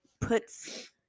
puts